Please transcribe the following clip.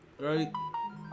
right